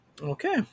Okay